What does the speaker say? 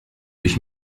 ich